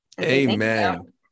Amen